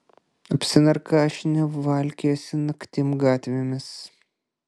apsinarkašinę valkiojasi naktim gatvėmis